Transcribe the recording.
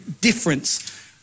difference